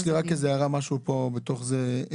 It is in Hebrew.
יש לי רק איזה הערה, משהו פה בתוך זה.